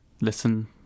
listen